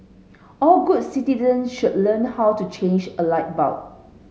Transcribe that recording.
all good citizen should learn how to change a light bulb